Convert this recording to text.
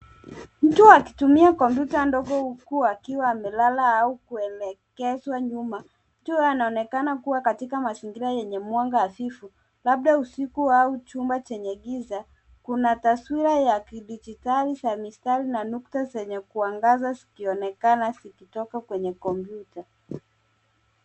Mtu akitumia kompyuta ndogo huku akiwa amelala au kuelekezwa nyuma. Mtu huyu anaonekana kuwa katika mazingira yenye mwanga hafifu, labda usiku au chumba chenye giza. Kuna taswira ya kidijitali za mistari na nukta zenye kuangaza zikionekana zikitoka kwenye kompyuta.